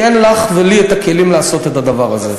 כי אין לך ולי הכלים לעשות את הדבר הזה.